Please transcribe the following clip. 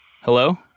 Hello